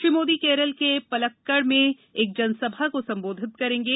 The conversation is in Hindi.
श्री मोदी केरल के पलक्कड़ में एक जनसभा को संबोधित करेंगे